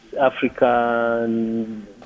African